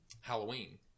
Halloween